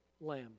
Lamb